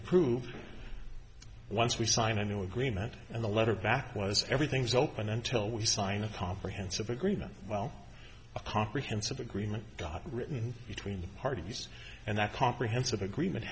to prove once we sign a new agreement and the letter back was everything's open until we sign a comprehensive agreement well a comprehensive agreement got written between the parties and that comprehensive agreement